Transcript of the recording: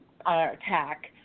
attack